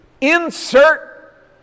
Insert